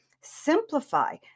simplify